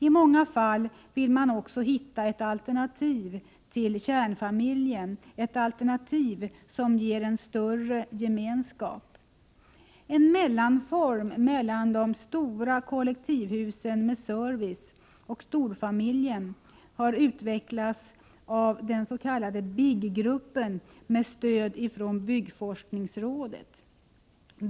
I många fall vill man också hitta ett alternativ till kärnfamiljen, ett alternativ som ger en större gemenskap. En mellanform mellan de stora kollektivhusen med service och storfamilj har utvecklats av den s.k. BIG-gruppen med stöd från byggforskningsrådet.